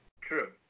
True